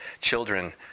children